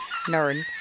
nerd